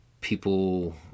people